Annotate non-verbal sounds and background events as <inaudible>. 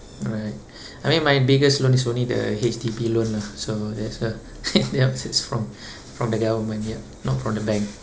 right I mean my biggest loan is only the H_D_B loan lah so that's a <laughs> ya it's from from the government ya not from the bank